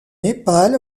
népal